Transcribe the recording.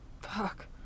Fuck